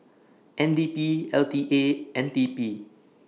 N D P L T A and T P